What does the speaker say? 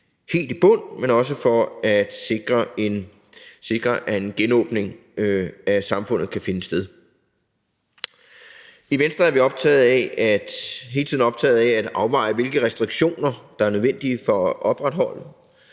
helt i bund, men også for at sikre, at en genåbning af samfundet kan finde sted. I Venstre er vi hele tiden optaget af at afveje, hvilke restriktioner der er nødvendige for at opretholde